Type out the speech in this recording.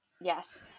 Yes